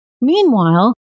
Meanwhile